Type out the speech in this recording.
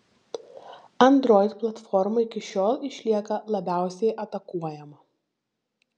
android platforma iki šiol išlieka labiausiai atakuojama